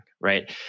right